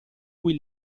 cui